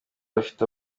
bafite